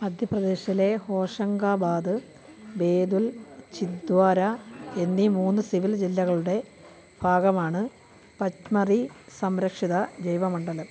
മധ്യ പ്രദേശിലെ ഹോഷംഗാബാദ് ബേതുൽ ചിന്ദ്വാര എന്നീ മൂന്ന് സിവിൽ ജില്ലകളുടെ ഭാഗമാണ് പച്മറി സംരക്ഷിത ജൈവമണ്ഡലം